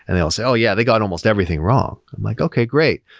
and they'll say, oh, yeah. they got almost everything wrong. i'm like, okay, great.